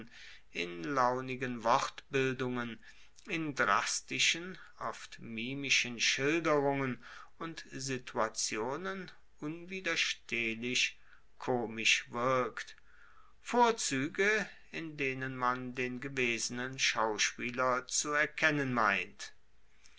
in launigen wortbildungen in drastischen oft mimischen schilderungen und situationen unwiderstehlich komisch wirkt vorzuege in denen man den gewesenen schauspieler zu erkennen meint